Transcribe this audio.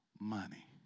money